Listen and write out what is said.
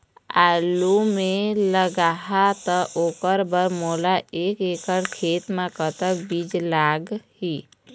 आलू मे लगाहा त ओकर बर मोला एक एकड़ खेत मे कतक बीज लाग ही?